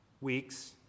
Weeks